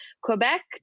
Quebec